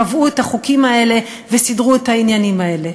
קבעו את החוקים האלה וסידרו את העניינים האלה.